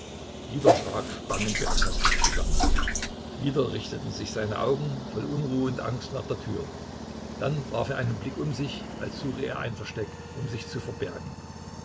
schrak spangenberg hastig zusammen wieder richteten sich seine augen voll unruhe und angst nach der tür dann warf er einen blick um sich als suche er ein versteck um sich zu verbergen